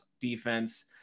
defense